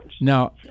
Now